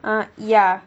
uh ya